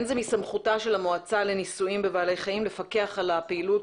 זה מסמכותה של המועצה לניסויים בבעלי חיים לפקח על הפעילות